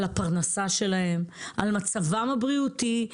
על הפרנסה שלהם, על מצבם הבריאותי.